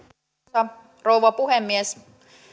arvoisa rouva puhemies